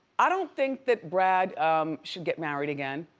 i don't think that brad should get married again.